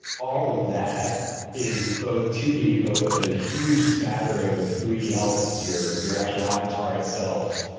all of that is both two d, but with a huge smattering of three d elements, your your actual avatar itself,